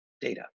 data